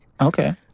Okay